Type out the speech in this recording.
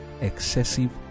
excessive